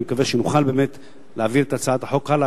מקווה שנוכל להעביר את הצעת החוק הלאה,